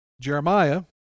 Jeremiah